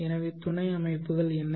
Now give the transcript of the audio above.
எனவே துணை அமைப்புகள் என்ன